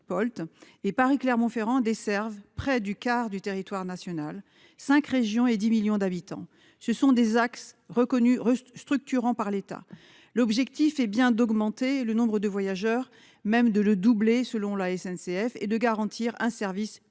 (Polt) et Paris-Clermont-Ferrand desservent près du quart du territoire national, cinq régions et dix millions d'habitants. Ce sont des axes reconnus comme structurants par l'État. L'objectif est bien d'augmenter le nombre de voyageurs, même de le doubler, selon la SNCF, et de garantir un service plus équitable